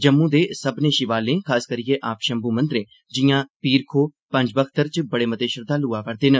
जम्मू दे सब्मनें शिवालयें खासकरियै आपशम्मू मंदरें जिआं पीरखो पंजबख्तर च बड़े मते श्रद्दालु आवा'रदे न